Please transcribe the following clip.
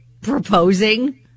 proposing